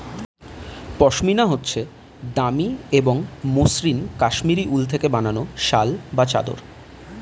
পশমিনা হচ্ছে দামি এবং মসৃন কাশ্মীরি উল থেকে বানানো শাল বা চাদর